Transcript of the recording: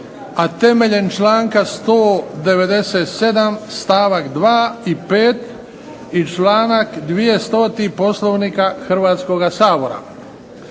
a temeljem članka 197. stavak 2. i 5. i članak 200. Poslovnika Hrvatskoga sabora.